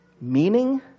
meaning